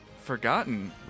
forgotten